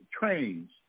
trains